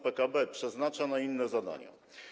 PKB przeznacza na inne zadania.